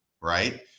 Right